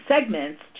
segments